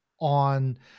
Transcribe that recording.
on